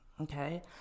Okay